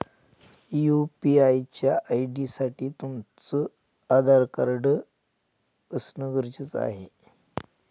UPI च्या ID साठी तुमचं आधार कार्ड असण गरजेच आहे